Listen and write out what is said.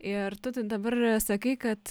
ir tu dabar sakai kad